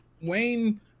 Wayne